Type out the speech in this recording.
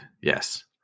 yes